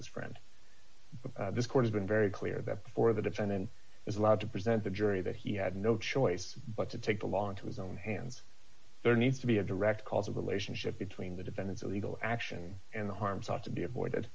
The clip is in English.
his friend but this court has been very clear that before the defendant is allowed to present the jury that he had no choice but to take the law into his own hands there needs to be a direct causal relationship between the defendant's legal action and the harm sought to be avoided